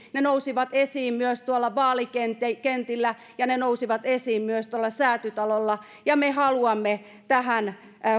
ne nousivat esiin myös tuolla vaalikentillä ja ne nousivat esiin myös tuolla säätytalolla ja me haluamme tähän